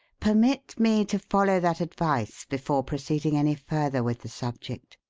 permit me to follow that advice before proceeding any further with the subject.